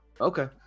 Okay